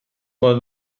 mal